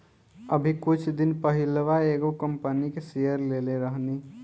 अभी कुछ दिन पहिलवा एगो कंपनी के शेयर लेले रहनी